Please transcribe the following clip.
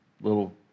little